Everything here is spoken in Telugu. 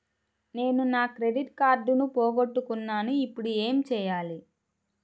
నేను నా క్రెడిట్ కార్డును పోగొట్టుకున్నాను ఇపుడు ఏం చేయాలి?